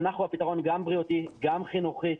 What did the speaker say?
גם הבריאותי גם החינוכי.